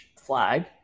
flag